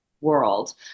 world